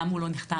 למה הוא לא נחתם,